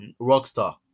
Rockstar